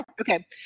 Okay